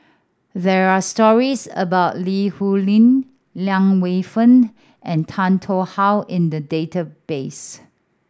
there are stories about Li Rulin Liang Wenfu and Tan Tarn How in the database